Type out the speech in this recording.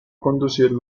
conducir